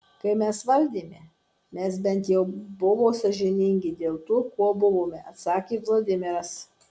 kai mes valdėme mes bent jau buvo sąžiningi dėl tuo kuo buvome atsakė vladimiras